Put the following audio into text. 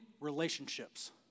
relationships